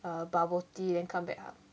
uh bubble tea then come back up